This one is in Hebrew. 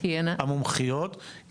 המומחיות,